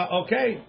okay